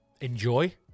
enjoy